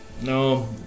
no